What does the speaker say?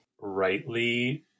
rightly